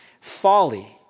folly